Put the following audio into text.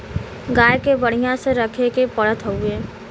गाय के बढ़िया से रखे के पड़त हउवे